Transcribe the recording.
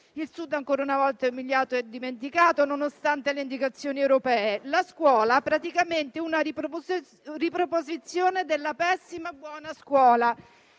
Il Sud, ancora una volta, è umiliato e dimenticato, nonostante le indicazioni europee. Quanto alla scuola, vi è praticamente una riproposizione della pessima buona scuola,